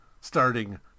starting